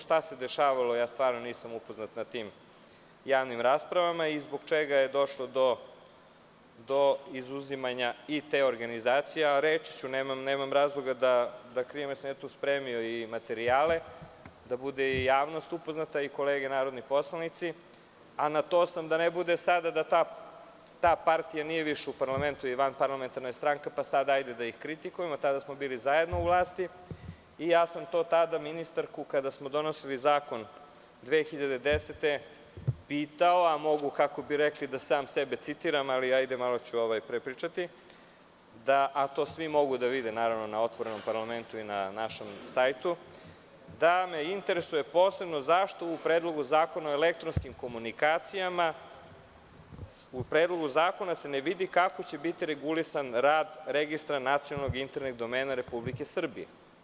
Šta se dešavalo, stvarno nisam upoznat na tim javnim raspravama i zbog čega je došlo do izuzimanja i te organizacije, ali reći ću, nemam razloga da krijem, jer sam ja tu spremio i materijale, da bude javnost upoznata, a da ne bude sada da ta partija nije više u parlamentu, jer je vanparlamentarna stranka, pa sada hajde da ih kritikujemo, jer tada smo bili zajedno u vlasti i ja sam tada ministarku, kada smo donosili zakon 2010. godine pitao, a mogu sam sebe da citiram, ali malo ću da prepričam, a to svi mogu da vide na otvorenom parlamentu i na našem sajtu, da me interesuje posebno zašto u Predlogu zakona o elektronskim komunikacijama, se ne vidi kako će biti regulisan rad registra nacionalno internih domena Republike Srbije.